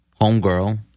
homegirl